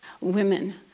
women